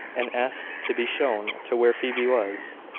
and asked to be shown to where phoebe was.